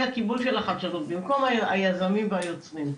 הקיבול של החדשנות במקום היזמים והיוצרים.